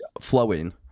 flowing